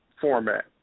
format